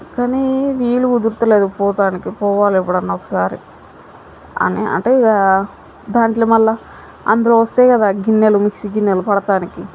కానీ వీలు కుదరడంలేదు పోవడానికి పోవాలి ఎప్పుడైనా ఒకసారి ఆన్నే అంటే ఇక దాంట్లో మళ్ళీ అందులో వస్తాయి కదా గిన్నెలు మిక్సీ గిన్నెలు పట్టడానికి